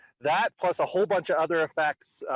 that, plus a whole bunch of other effects